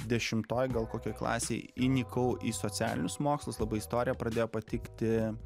dešimtoj gal kokioj klasėj įnikau į socialinius mokslus labai istorija pradėjo patikti